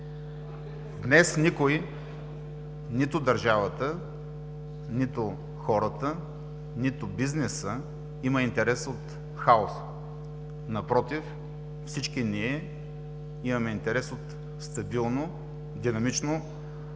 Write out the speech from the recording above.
Днес никой – нито държавата, нито хората, нито бизнесът имат интерес от хаос. Напротив, всички ние имаме интерес от стабилно, динамично